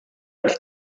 wrth